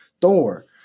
Thor